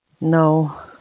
No